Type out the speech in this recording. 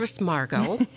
Margot